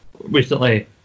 Recently